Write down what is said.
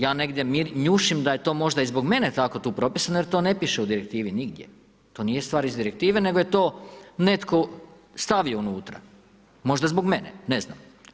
Ja negdje njušim da je to možda i zbog mene tako tu propisano jer to ne piše u direktivi nigdje, to nije stvar iz direktive, nego je to netko stavio unutra, možda zbog mene, ne znam.